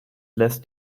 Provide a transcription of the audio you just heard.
lässt